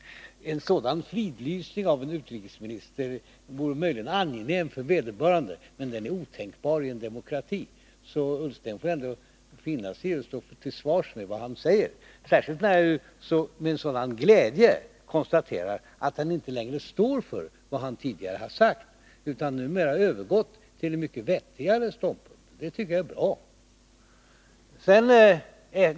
En sådan fridlysning av en utrikesminister vore möjligen angenäm för vederbörande, men den är otänkbari en demokrati. Ola Ullsten får alltså vara vänlig att finna sig i att stå till svars för vad han säger, särskilt när jag med sådan glädje konstaterar att han inte längre står för vad han tidigare har uttalat utan numera har övergått till en mycket vettigare ståndpunkt. Det tycker jag är bra.